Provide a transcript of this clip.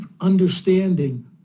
understanding